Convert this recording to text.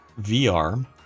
vr